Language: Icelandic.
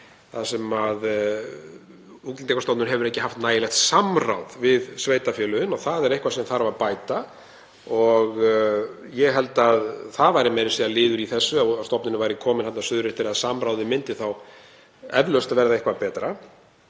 þar sem Útlendingastofnun hefur ekki haft nægilegt samráð við sveitarfélögin. Það er eitthvað sem þarf að bæta og ég held það væri meira að segja liður í þessu, ef stofnunin væri komin þarna suður eftir, að samráðið myndi eflaust verða eitthvað betra